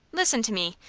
listen to me!